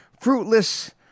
fruitless